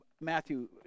Matthew